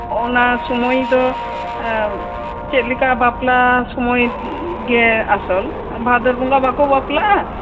ᱚᱱᱟ ᱥᱩᱢᱚᱭ ᱫᱚ ᱪᱮᱫ ᱞᱮᱠᱟ ᱵᱟᱯᱞᱟ ᱥᱩᱢᱚᱭ ᱜᱮ ᱟᱥᱚᱞ ᱵᱷᱟᱫᱚᱨ ᱵᱚᱸᱜᱟ ᱵᱟᱠᱚ ᱵᱟᱯᱞᱟᱜᱼᱟ